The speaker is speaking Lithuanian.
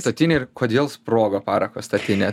statinę ir kodėl sprogo parako statinė